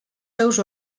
seus